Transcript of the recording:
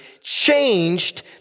changed